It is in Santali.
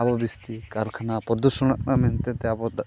ᱟᱵᱚ ᱵᱤᱥᱛᱤ ᱠᱟᱨᱠᱷᱟᱱᱟ ᱯᱨᱚᱫᱩᱨᱥᱚᱱᱚᱜ ᱠᱟᱱᱟ ᱢᱮᱱᱛᱮ ᱟᱵᱚ ᱫᱟᱜ